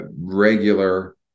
regular